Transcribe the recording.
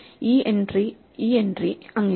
ഈ എൻട്രി ഈ എൻട്രി അങ്ങിനെ